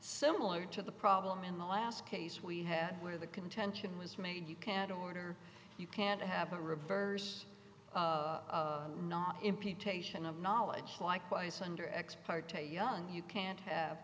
similar to the problem in the last case we had where the contention was made you can't order you can't have a reverse not imputation of knowledge likewise under ex parte young you can't have